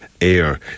air